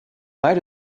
might